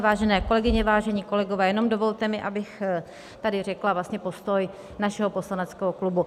Vážené kolegyně, vážení kolegové, jenom mi dovolte, abych tady řekla postoj našeho poslaneckého klubu.